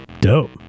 Dope